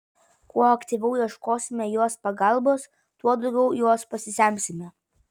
kuo aktyviau ieškosime jos pagalbos tuo daugiau jos pasisemsime